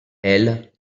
elle